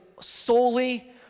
solely